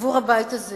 עבור הבית הזה